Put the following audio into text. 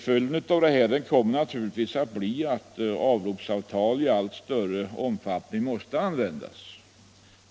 Följden av det här kommer naturligtvis att bli att avropsavtal i allt större omfattning måste användas,